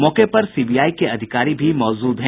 मौके पर सीबीआई के अधिकारी भी मौजूद हैं